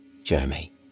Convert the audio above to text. Jeremy